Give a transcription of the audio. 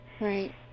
Right